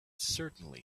certainly